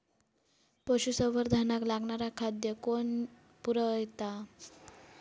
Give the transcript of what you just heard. पशुसंवर्धनाक लागणारा खादय कोण पुरयता?